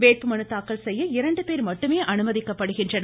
வேட்பு மனு தாக்கல் செய்ய இரண்டு பேர் மட்டுமே அனுமதிக்கப்படுகின்றனர்